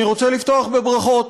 אני רוצה לפתוח בברכות,